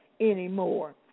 anymore